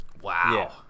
Wow